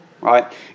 right